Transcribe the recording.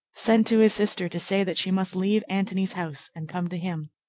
sent to his sister to say that she must leave antony's house and come to him.